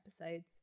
episodes